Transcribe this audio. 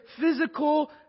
physical